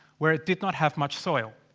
where it did not have much soil.